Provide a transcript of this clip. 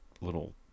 little